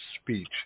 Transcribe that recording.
speech